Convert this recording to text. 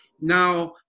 now